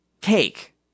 cake